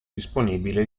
disponibile